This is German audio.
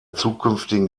zukünftigen